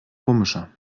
komischer